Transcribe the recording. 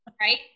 Right